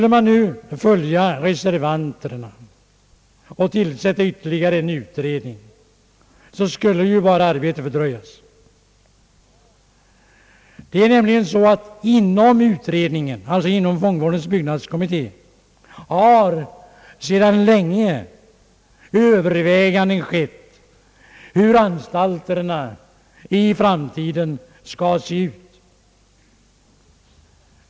Om man nu följde reservanterna och tillsatte ytterligare en utredning skulle ju arbetet bara fördröjas. Inom fångvårdens byggnadskommitté har nämligen sedan länge övervägts hur anstalterna i framtiden skall se ut.